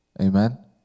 Amen